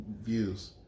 views